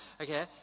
Okay